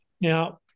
Now